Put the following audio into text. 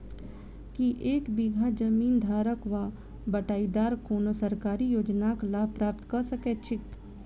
की एक बीघा जमीन धारक वा बटाईदार कोनों सरकारी योजनाक लाभ प्राप्त कऽ सकैत छैक?